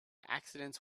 accidents